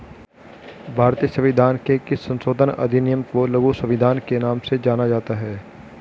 भारतीय संविधान के किस संशोधन अधिनियम को लघु संविधान के नाम से जाना जाता है?